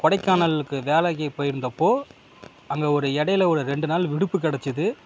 கொடைக்கானல்க்கு வேலைக்கு போயிருந்தப்போது அங்கே ஒரு இடையில ஒரு ரெண்டு நாள் விடுப்பு கிடைச்சிது